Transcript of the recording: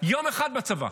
יום אחד בצבא.